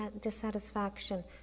dissatisfaction